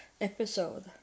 Episode